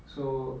so